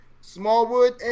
Smallwood